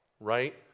right